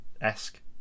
esque